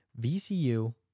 VCU